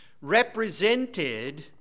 represented